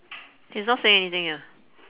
he's not saying anything here